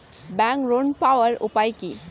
Bank ঋণ পাওয়ার উপায় কি?